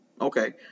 Okay